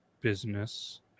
business